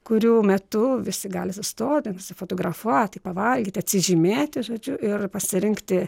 kurių metu visi gali sustoti nusifotografuoti pavalgyti atsižymėti žodžiu ir pasirinkti